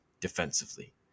defensively